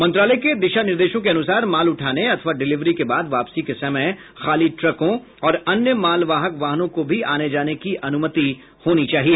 मंत्रालय के दिशा निर्देशों के अनुसार माल उठाने अथवा डिलीवरी के बाद वापसी के समय खाली ट्रकों और अन्य मालवाहक वाहनों को भी आने जाने की अनुमति होनी चाहिए